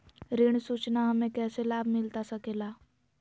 ऋण सूचना हमें कैसे लाभ मिलता सके ला?